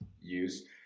use